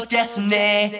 Destiny